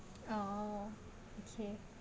oh okay